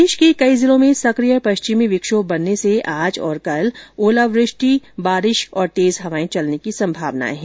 प्रदेश के कई जिलों में सकिय पश्चिमी विक्षोभ बनने से आज और कल ओलावृष्टि बारिश और तेज हवाए चलने की संभावना है